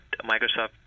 Microsoft